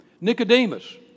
Nicodemus